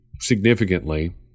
significantly